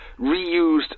reused